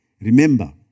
remember